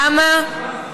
למה?